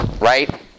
Right